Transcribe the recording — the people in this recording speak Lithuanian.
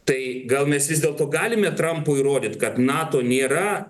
tai gal mes vis dėlto galime trampui įrodyt kad nato nėra